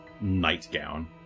nightgown